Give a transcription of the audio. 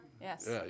Yes